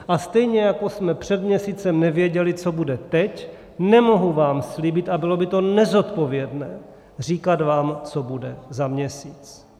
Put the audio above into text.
A stejně jako jsme před měsícem nevěděli, co bude teď, nemohu vám slíbit, a bylo by nezodpovědné, říkat vám, co bude za měsíc.